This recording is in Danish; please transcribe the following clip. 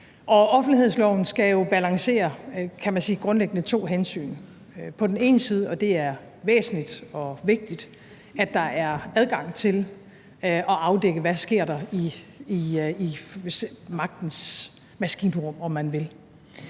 offentlighedsloven skal jo grundlæggende balancere to hensyn, kan man sige. Det er på den ene side, og det er væsentligt og vigtigt, at der er adgang til at afdække, hvad der sker i magtens maskinrum,